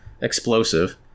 explosive